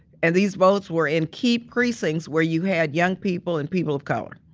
and these votes were in key precincts where you had young people and people of color.